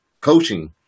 coaching